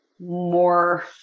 more